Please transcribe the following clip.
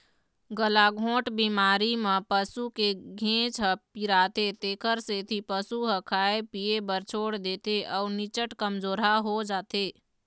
गलाघोंट बेमारी म पसू के घेंच ह पिराथे तेखर सेती पशु ह खाए पिए बर छोड़ देथे अउ निच्चट कमजोरहा हो जाथे